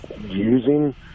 using